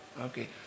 okay